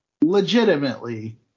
legitimately